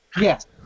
Yes